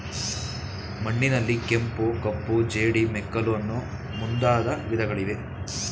ಮಣ್ಣಿನಲ್ಲಿ ಕೆಂಪು, ಕಪ್ಪು, ಜೇಡಿ, ಮೆಕ್ಕಲು ಅನ್ನೂ ಮುಂದಾದ ವಿಧಗಳಿವೆ